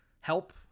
help